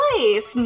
Life